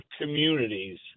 communities